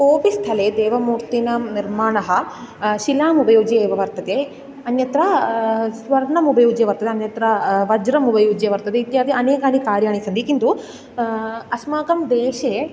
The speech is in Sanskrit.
कोऽपि स्थले देवमूर्तीनां निर्माणः शिलाम् उपयुज्य एव वर्तते अन्यत्र स्वर्णमुपयुज्य वर्तते अन्यत्र वज्रम् उपयुज्य वर्तते इत्यादीनि अनेकानि कार्याणि सन्ति किन्तु अस्माकं देशे